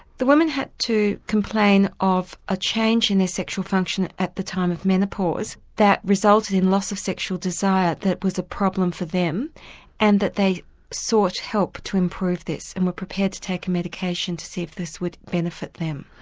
the women had to complain of a change in their sexual function at the time of menopause that resulted in loss of sexual desire that was a problem for them and that they sought help to improve this and were prepared to take a medication to see if this would benefit them.